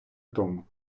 тому